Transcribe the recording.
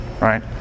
Right